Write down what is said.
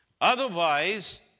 Otherwise